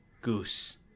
Goose